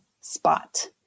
spot